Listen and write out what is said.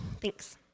Thanks